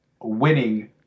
winning